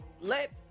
Let